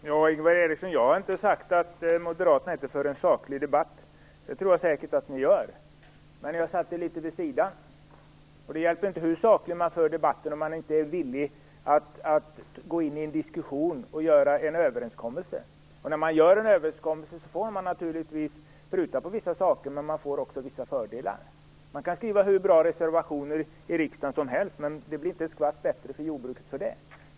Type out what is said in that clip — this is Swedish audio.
Fru talman! Jag har inte sagt att inte moderaterna för en saklig debatt, Ingvar Eriksson. Det tror jag säkert att ni gör. Men ni har satt er litet vid sidan. Det hjälper inte hur sakligt man för debatter om man inte är villig att gå in i en diskussion och träffa en överenskommelse. När man gör en överenskommelse får man naturligtvis pruta på en del saker, men man får också vissa fördelar. Man kan avge hur bra reservationer som helst, men det blir inte ett skvatt bättre för jordbruket för det.